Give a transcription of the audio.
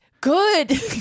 Good